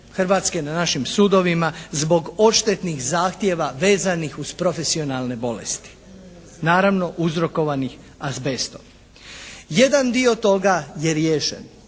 Hrvatske na našim sudovima zbog odštetnih zahtjeva vezanih uz profesionalne bolesti naravno uzrokovanih azbestom. Jedan dio toga je riješen.